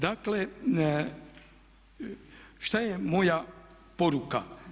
Dakle, šta je moja poruka?